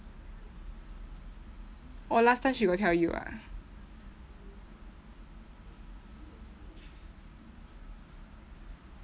oh last time she got tell you ah